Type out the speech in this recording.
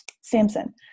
Samson